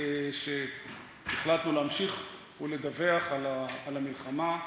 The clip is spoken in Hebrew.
והחלטנו להמשיך ולדווח על המלחמה,